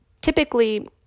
typically